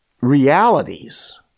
realities